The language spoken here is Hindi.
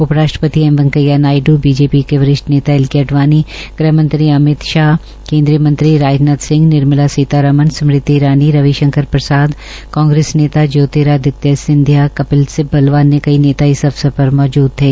उप राश्ट्रपति एम वैंकेया नायड बीजेपी के वरिश्ठ नेता एलके अडवाणी गृह मंत्री अमित भााह केन्द्रीय मंत्री राजनाथ सिंह निर्मला सीतारमन स्मृति ईरानी रवि भांकर प्रसाद कांग्रेस नेता ज्योतिरदित्य सिंधिया कपिल सिब्बल व अन्य कई नेता इस अवसर पर मौजूद थे